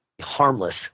harmless